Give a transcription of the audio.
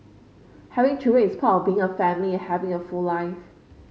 having children is part of being a family and having a full life